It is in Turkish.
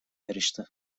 yarıştı